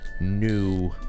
new